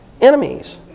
enemies